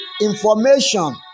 information